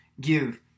give